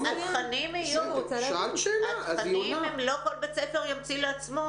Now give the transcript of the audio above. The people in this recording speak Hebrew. התכנים, לא כל בית ספר ימציא לעצמו.